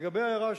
לגבי ההערה של